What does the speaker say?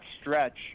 stretch